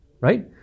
right